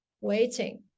waiting